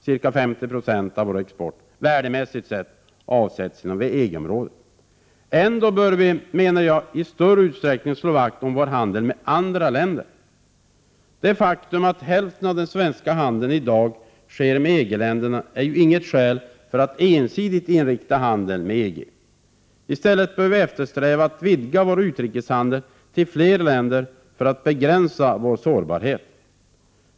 Ca 50 96 av vår export, värdemässigt sett, avsätts inom EG-området. Ändå bör vi, menar jag, i större utsträckning slå vakt om vår handel med andra länder. Det faktum att hälften av den svenska handeln i dag sker med EG-länderna är inget skäl för att ensidigt inrikta handeln med EG. I stället bör vi eftersträva att vidga vår utrikeshandel till flera länder för att begränsa vår sårbarhet.